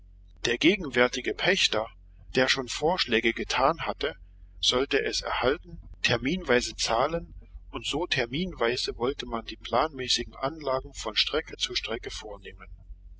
der gegenwärtige pachter der schon vorschläge getan hatte sollte es erhalten terminweise zahlen und so terminweise wollte man die planmäßigen anlagen von strecke zu strecke vornehmen